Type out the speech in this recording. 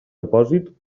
depòsit